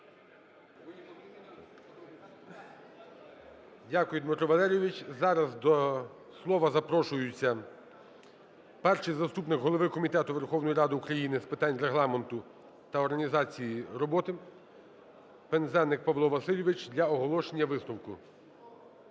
Дякую, Дмитро Валерійович. Зараз до слова запрошується перший заступник голови Комітету Верховної Ради України з питань Регламенту та організації роботи Пинзеник Павло Васильович для оголошення висновку.